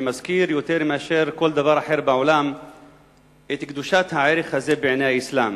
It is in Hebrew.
שמזכיר יותר מאשר כל דבר אחר בעולם את קדושת הערך הזה בעיני האסלאם.